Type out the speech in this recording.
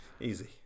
Easy